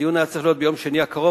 הדיון היה צריך להיות ביום שני הקרוב,